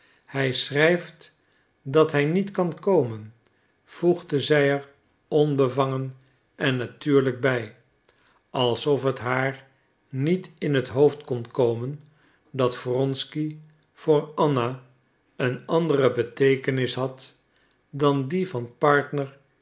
hij schrijft dat hij niet kan komen voegde zij er onbevangen en natuurlijk bij alsof het haar niet in het hoofd kon komen dat wronsky voor anna een andere beteekenis had dan die van partner